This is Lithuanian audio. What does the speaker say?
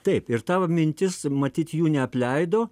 taip ir tavo mintis matyt jų neapleido